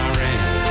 Iran